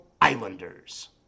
Islanders